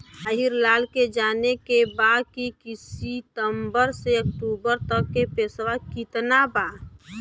जवाहिर लाल के जाने के बा की सितंबर से अक्टूबर तक के पेसवा कितना बा?